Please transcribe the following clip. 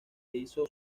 hizo